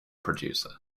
producer